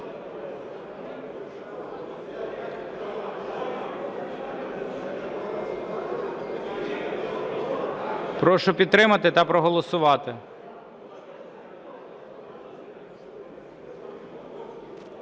Прошу підтримати та проголосувати.